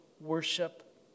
worship